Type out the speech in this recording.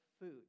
food